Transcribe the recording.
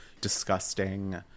disgusting